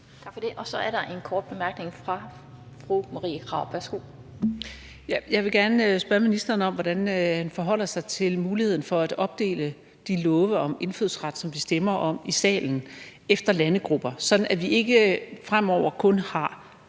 Jeg vil gerne spørge ministeren, hvordan han forholder sig til muligheden for at opdele de lovforslag om indfødsret, som vi stemmer om i salen, efter landegrupper, sådan at vi fremover ikke kun har